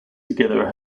together